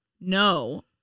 no